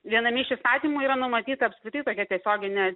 viename iš įstatymų yra numatyta apskritai tokia tiesioginė